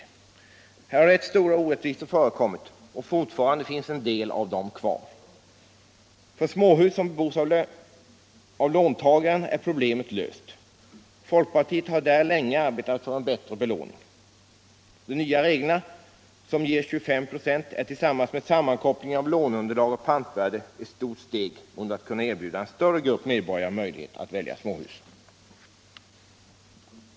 Här 5 maj 1976 har ganska stora orättvisor förekommit, och fortfarande finns endel av — dem kvar. För småhus som bebos av låntagaren är problemet löst. Folk — Anslag till bostadspartiet har där länge arbetat för en bättre belåning. De nya reglerna, byggande, m.m. som ger 25 96, är tillsammans med sammankopplingen av låneunderlag och pantvärde ett stort steg mot att kunna erbjuda en större grupp medborgare möjligheten att välja småhus.